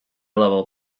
level